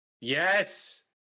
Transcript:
Yes